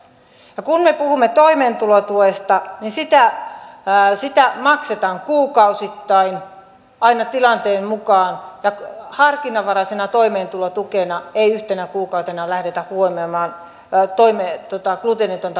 kun me puhumme toimeentulotuesta niin sitä maksetaan kuukausittain aina tilanteen mukaan ja harkinnanvaraisena toimeentulotukena ei yhtenä kuukautena lähdetä huomioimaan gluteenitonta ruokavaliota